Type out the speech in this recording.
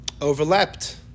overlapped